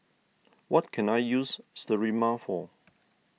what can I use Sterimar for